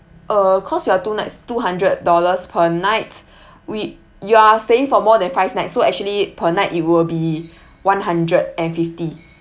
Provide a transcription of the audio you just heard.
uh cause you are two nights two hundred dollars per night we you are staying for more than five nights so actually per night it will be one hundred and fifty